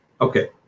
Okay